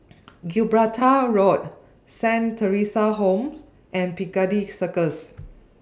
Gibraltar Road Saint Theresa's Homes and Piccadilly Circus